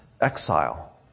exile